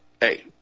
hey